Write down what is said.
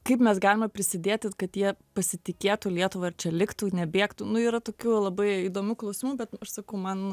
kaip mes galime prisidėti kad jie pasitikėtų lietuva ir čia liktų nebėgtų nu yra tokių labai įdomių klausimų bet aš sakau man